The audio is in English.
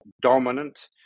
dominant